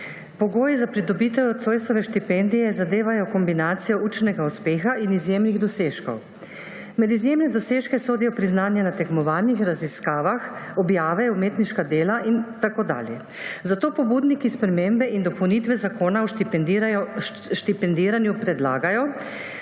Pogoji za pridobitev Zoisove štipendije zadevajo kombinacijo učnega uspeha in izjemnih dosežkov. Med izjemne dosežke sodijo priznanja na tekmovanjih, raziskavah, objave, umetniška dela in tako dalje. Zato pobudniki spremembe in dopolnitve Zakona o štipendiranju predlagajo,